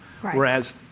Whereas